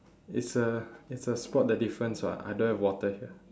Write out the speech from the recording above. it's a it's a spot the difference [what] I don't have water here